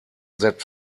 that